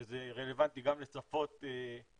שזה רלוונטי גם לשפות שונות,